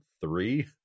three